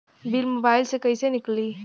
Bill mobile से कईसे निकाली?